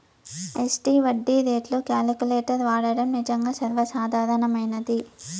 SD వడ్డీ రేట్లు calculator వాడడం నిజంగా సర్వసాధారణమైనది